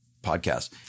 podcast